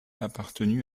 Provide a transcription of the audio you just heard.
appartenu